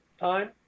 time